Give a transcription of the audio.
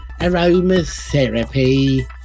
aromatherapy